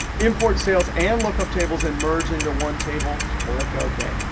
import sales and lookup tables and merged into one table, click ok.